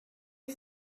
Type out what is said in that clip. you